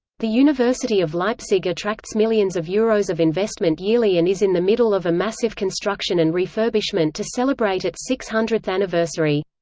the university of leipzig attracts millions of euros of investment yearly and is in the middle of a massive construction and refurbishment to celebrate its six hundredth anniversary.